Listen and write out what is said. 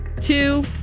two